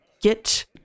get